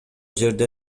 жерде